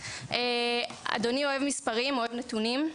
אדוני אוהב מספרים, אוהב נתונים,